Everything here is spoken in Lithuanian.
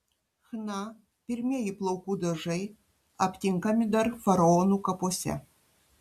chna pirmieji plaukų dažai aptinkami dar faraonų kapuose